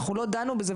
אנחנו לא דנו בזה,